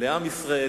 לעם ישראל,